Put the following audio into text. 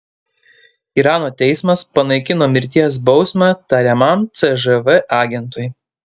irano teismas panaikino mirties bausmę tariamam cžv agentui